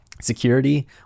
security